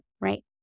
right